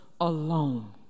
alone